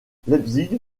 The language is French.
leipzig